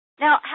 Now